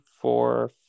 four